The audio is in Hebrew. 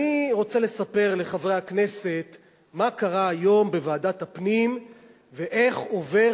אני רוצה לספר לחברי הכנסת מה קרה היום בוועדת הפנים ואיך עובר